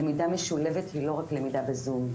למידה משולבת היא לא רק למידה בזום,